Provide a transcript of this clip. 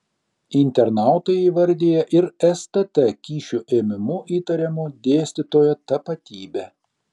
internautai įvardija ir stt kyšio ėmimu įtariamo dėstytojo tapatybę